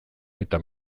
eta